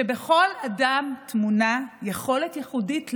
שבכל אדם טמונה יכולת ייחודית לו,